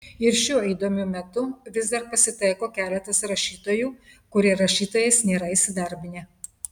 ir šiuo įdomiu metu vis dar pasitaiko keletas rašytojų kurie rašytojais nėra įsidarbinę